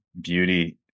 beauty